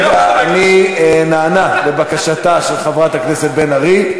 אני נענה לבקשתה של חברת הכנסת בן ארי,